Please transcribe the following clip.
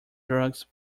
drugs